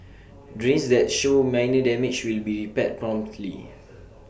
drains that show minor damage will be repaired promptly